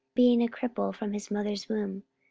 being a cripple from his mother's womb,